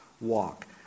walk